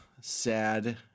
sad